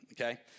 okay